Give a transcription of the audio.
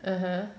(uh huh)